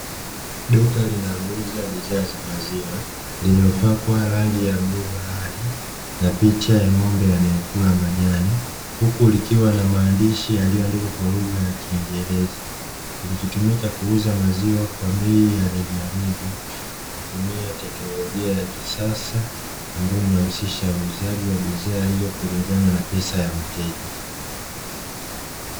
Duka linalouza bidhaa ya maziwa lililopakwa rangi ya bluu bahari na picha ya ng'ombe anayekula majani huku likiwa na maandishi yaliyoandikwa kwa lugha ya Kiingereza; likitumika kuuza maziwa kwa bei ya rejareja kwa kutumia teknolojia ya kisasa ambayo inahusisha uuzaji wa bidhaa hiyo kulingana na pesa ya mteja.